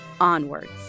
Onwards